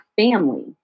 family